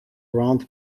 round